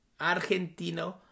Argentino